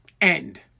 end